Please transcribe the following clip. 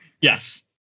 Yes